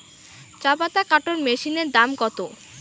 চাপাতা কাটর মেশিনের দাম কত?